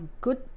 good